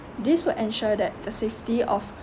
this will ensure that the safety of